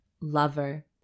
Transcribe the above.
lover